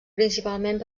principalment